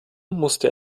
musste